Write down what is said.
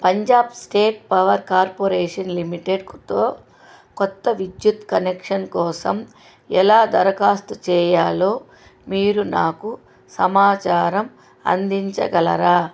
Punjab state power corporation limited తో కొత్త విద్యుత్ కనెక్షన్ కోసం ఎలా దరఖాస్తు చేయాలో మీరు నాకు సమాచారం అందించగలరా